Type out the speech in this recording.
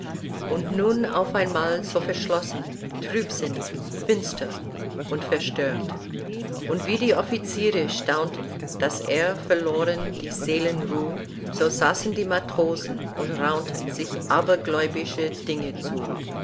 und nun auf einmal so verschlossen trübsinnig finster und verstört und wie die offiziere staunten daß er verloren die seelenruh so saßen die matrosen und raunten sich abergläubische dinge zu